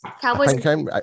Cowboys